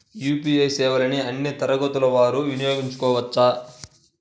UPI సేవలని అన్నీ తరగతుల వారు వినయోగించుకోవచ్చా?